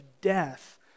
death